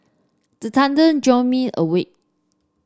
the thunder jolt me awake